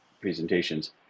presentations